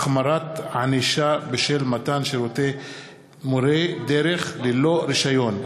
(החמרת ענישה בשל מתן שירותי מורה דרך ללא רישיון),